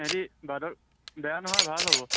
সেহেঁতি বাদল বেয়া নহয় ভাল হ'ব